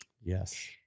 Yes